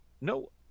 No